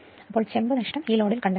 അതിനാൽ ചെമ്പ് നഷ്ടം ഈ ലോഡിൽ കണ്ടെത്തണം